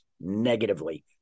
negatively